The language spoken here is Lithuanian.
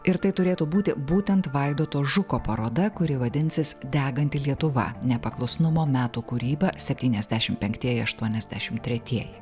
ir tai turėtų būti būtent vaidoto žuko paroda kuri vadinsis deganti lietuva nepaklusnumo meto kūryba septyniasdešimt penktieji aštuoniasdešimt tretieji